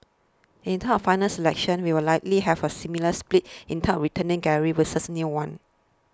in terms final selection you will likely have a similar split in terms of returning galleries versus new ones